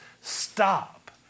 stop